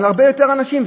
זה הרבה יותר אנשים,